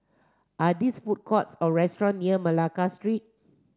are these food court or restaurant near Malacca Street